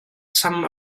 sam